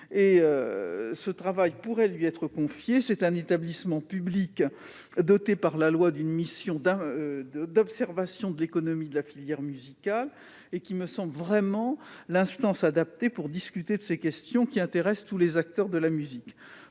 national de la musique (CNM). Cet établissement public doté par la loi d'une mission d'observation de l'économie de la filière musicale me semble être l'instance adaptée pour discuter de ces questions qui intéressent tous les acteurs de la musique.